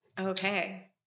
Okay